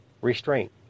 Restraint